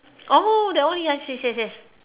oh that one ya yes yes yes yes